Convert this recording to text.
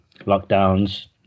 lockdown's